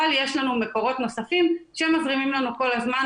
אבל יש לנו מקורות נוספים שמזרימים לנו כל הזמן